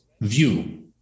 view